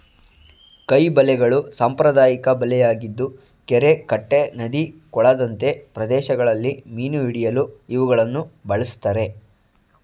ಕೈ ಬಲೆಗಳು ಸಾಂಪ್ರದಾಯಿಕ ಬಲೆಯಾಗಿದ್ದು ಕೆರೆ ಕಟ್ಟೆ ನದಿ ಕೊಳದಂತೆ ಪ್ರದೇಶಗಳಲ್ಲಿ ಮೀನು ಹಿಡಿಯಲು ಇವುಗಳನ್ನು ಬಳ್ಸತ್ತರೆ